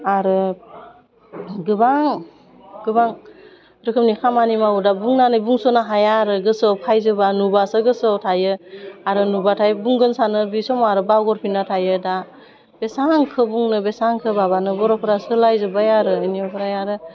आरो गोबां गोबां रोखोमनि खामानि मावो दा बुंनानै बुंस'नो हाया आरो गोसोआव फायजोबा नुबासो गोसोआव थायो आरो नुबाथाय बुंगोन सानो बे समाव आरो बावगारफिन्ना थायो दा बेसेबांखौ बुंनो बेसेबांखौ माबानो बर'फोरा सोलायजोब्बाय आरो बिनिफ्राय आरो